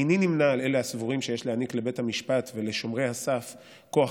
איני נמנה עם אלה הסבורים שיש להעניק לבית המשפט ולשומרי הסף כוח